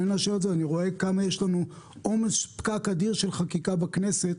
רואה שיש לנו פקק אדיר של חקיקה בכנסת